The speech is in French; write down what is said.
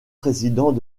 président